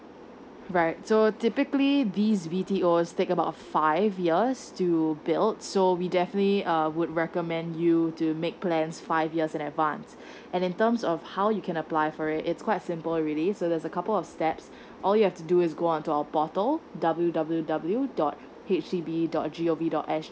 right so typically this B_T_O take about five years to build so we definitely um would recommend you to make plans five years in advance and in terms of how you can apply for it it's quite simple really so there's a couple of steps all you have to do is go on to our portal W W W dot H D B dot gov dot S